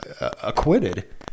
acquitted